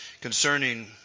Concerning